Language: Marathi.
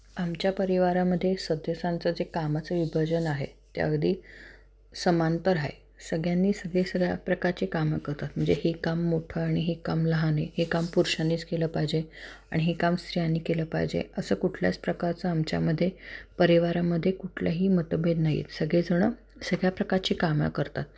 आमच्या परिवारामध्ये सदस्यांचं जे कामाचं विभाजन आहे ते अगदी समांतर आहे सगळ्यांनी सगळे सगळ्या प्रकारची कामं कतात म्हणजे हे काम मोठं आणि हे काम लहान आहे हे काम पुरुषांनीच केलं पाहिजे आणि हे काम स्त्रियांनी केलं पाहिजे असं कुठल्याच प्रकारचं आमच्यामध्ये परिवारामध्ये कुठलेही मतभेद नाहीत सगळेजणं सगळ्या प्रकारची कामं करतात